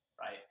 right